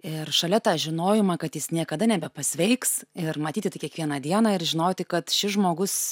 ir šalia tą žinojimą kad jis niekada nebepasveiks ir matyti tai kiekvieną dieną ir žinoti kad šis žmogus